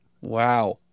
Wow